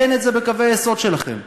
אין את זה בקווי היסוד שלכם,